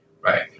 right